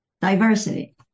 Diversity